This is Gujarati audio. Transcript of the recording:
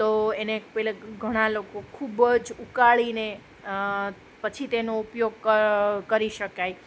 તો એને પહેલે ઘણા લોકો ખૂબ જ ઉકાળીને પછી તેનો ઉપયોગ ક કરી શકાય